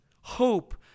Hope